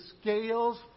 scales